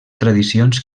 tradicions